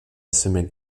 semelle